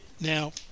Now